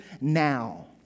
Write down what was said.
now